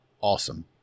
awesome